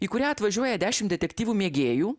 į kurią atvažiuoja dešimt detektyvų mėgėjų